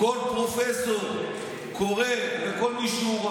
כל פרופסור קורא לכל מי שהוא לא הוא,